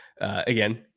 Again